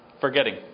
forgetting